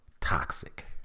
toxic